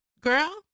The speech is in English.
Girl